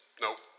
Nope